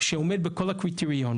שהיא עומדת בכל הקריטריונים.